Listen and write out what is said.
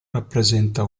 rappresenta